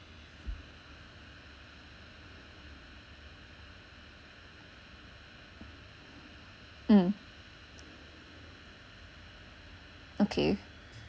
mm okay